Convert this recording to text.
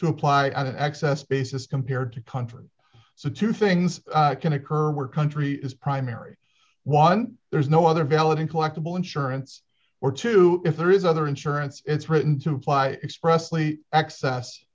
to apply an excess basis compared to countries so two things can occur where country is primary one there is no other valid uncollectable insurance or two if there is other insurance it's written to apply expressly access